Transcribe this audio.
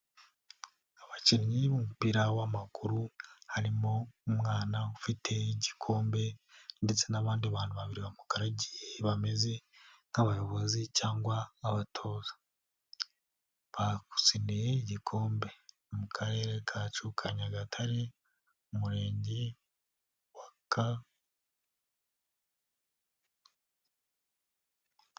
Abakinnyi b'umupira w'amaguru harimo umwana ufite igikombe ndetse n'abandi bantu babiri bamugaragiye bameze nk'abayobozi cyangwa abatoza batsindiye igikombe mu karere kacu ka Nyagatare mu murenge wa ka.